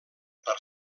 per